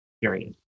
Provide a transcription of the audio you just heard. Period